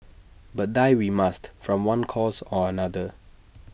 but die we must from one cause or another